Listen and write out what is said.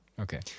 Okay